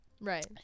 right